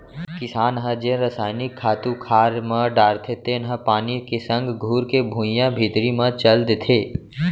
किसान ह जेन रसायनिक खातू खार म डारथे तेन ह पानी के संग घुरके भुइयां भीतरी म चल देथे